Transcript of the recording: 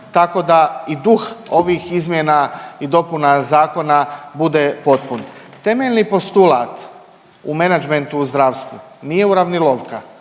tako da i duh ovih izmjena i dopuna zakona bude potpun. Temeljni postulat u menadžmentu u zdravstvu nije uravnilovka